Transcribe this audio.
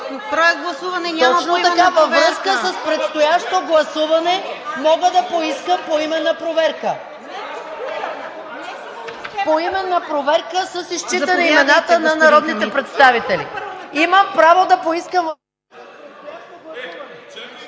Точно така, във връзка с предстоящо гласуване мога да поискам поименна проверка – поименна проверка с изчитане на имената на народните представители. Имам право да поискам.